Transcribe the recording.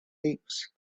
heaps